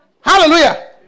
Hallelujah